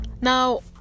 Now